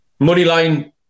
moneyline